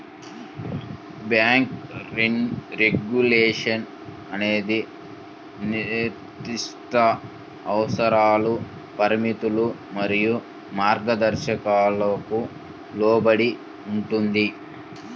bank regulation అనేది నిర్దిష్ట అవసరాలు, పరిమితులు మరియు మార్గదర్శకాలకు లోబడి ఉంటుంది,